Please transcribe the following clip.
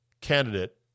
candidate